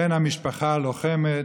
בן המשפחה הלוחמת,